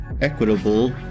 equitable